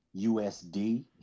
USD